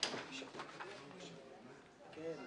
אני מבקש לשמור את השאלות לסוף כדי